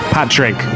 Patrick